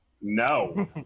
No